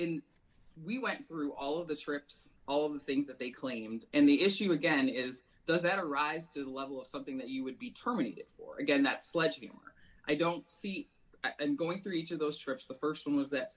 when we went through all of the scripts all of the things that they claimed and the issue again is does that rise to the level of something that you would be terminated for again that sledgehammer i don't see and going through each of those trips the st one was that